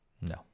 No